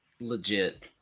legit